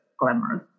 glamorous